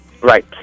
Right